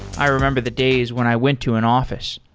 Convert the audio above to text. i remember the days when i went to an offi ce.